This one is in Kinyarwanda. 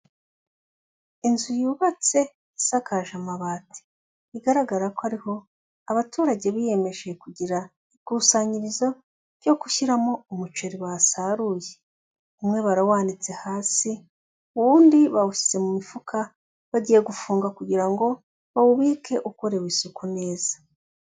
Inzu yubatse isakaje amabati, igaragara ko ariho abaturage biyemeje kugira ikusanyirizo ryo gushyiramo umuceri basaruye, umwe barawanitse hasi, uwundi bawushyize mu mifuka, bagiye gufunga kugira ngo bawubike ukorewe isuku neza.